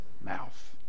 mouth